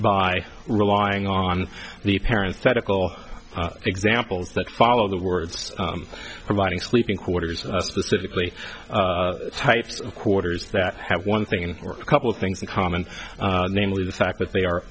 by relying on the parents tactical examples that follow the words providing sleeping quarters specifically types of quarters that have one thing or a couple of things in common namely the fact that they are